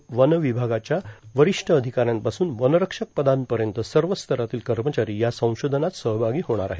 यात वनविभागाच्या वरिष्ठ अधिकाऱ्यांपासून वनरक्षक पदापर्यंत सर्वच स्तरातील कर्मचारी या संशोधनात सहभागी होणार आहे